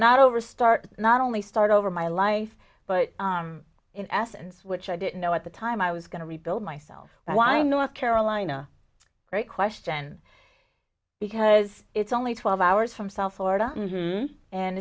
not over start not only start over my life but in essence which i didn't know at the time i was going to rebuild myself why north carolina great question because it's only twelve hours from south florida